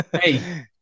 Hey